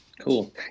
Cool